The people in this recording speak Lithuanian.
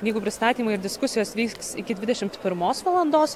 knygų pristatymai ir diskusijos vyks iki dvidešimt pirmos valandos